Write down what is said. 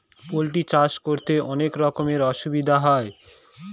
poultry চাষ করতে অনেক রকমের অসুবিধা হয়